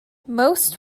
most